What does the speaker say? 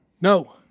No